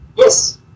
Yes